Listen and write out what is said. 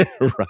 right